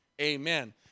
amen